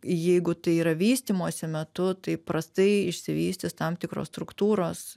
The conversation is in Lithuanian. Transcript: jeigu tai yra vystymosi metu tai prastai išsivystys tam tikros struktūros